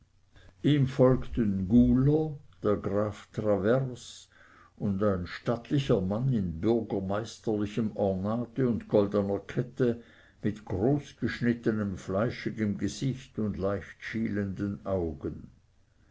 ihm folgten guler der graf travers und ein stattlicher mann in bürgermeisterlichem ornate und goldener kette mit großgeschnittenem fleischigen gesicht und leicht schielenden augen